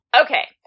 Okay